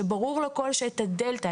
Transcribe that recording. שברור לכול שאת הדלתא,